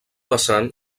vessant